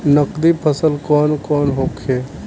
नकदी फसल कौन कौनहोखे?